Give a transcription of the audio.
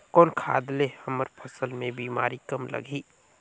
कौन खाद ले हमर फसल मे बीमारी कम लगही?